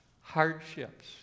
hardships